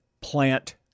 plant